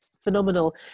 phenomenal